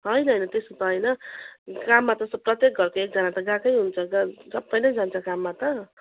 होइन होइन त्यस्तो त होइन काममा त प्रत्येक घरको एकजना त गएकै हुन्छ गा सबै नै जान्छ काममा त